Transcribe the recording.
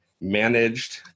managed